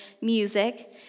music